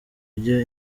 ujya